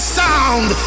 sound